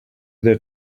their